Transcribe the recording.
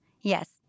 Yes